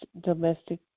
domestic